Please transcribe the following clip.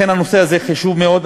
לכן, הנושא הזה חשוב מאוד.